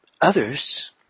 others